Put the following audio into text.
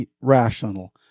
rational